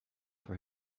for